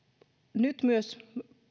nyt myös